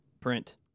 print